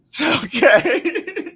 Okay